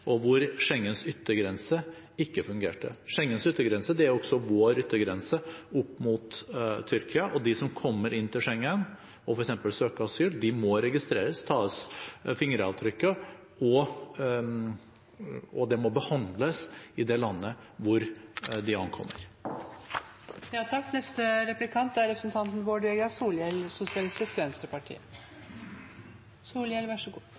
og der Schengens yttergrense ikke fungerte. Schengens yttergrense er også vår yttergrense mot Tyrkia. De som kommer inn til Schengen og f.eks. søker asyl, må registreres og tas fingeravtrykk av, og søknaden må behandles i det landet de ankommer.